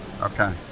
okay